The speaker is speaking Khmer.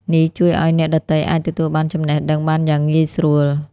នេះជួយឲ្យអ្នកដទៃអាចទទួលបានចំណេះដឹងបានយ៉ាងងាយស្រួល។